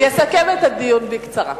יסכם את הדיון בקצרה.